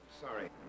Sorry